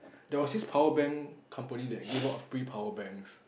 there was this power bank company that give out free power banks